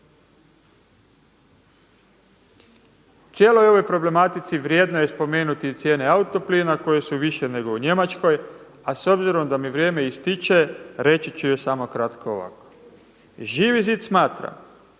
Cijeloj ovoj problematici vrijedno je spomenuti i cijene auto plina koje su više nego u Njemačkoj. A s obzirom da mi vrijeme ističe reći ću još samo kratko ovako. Živi zid smatra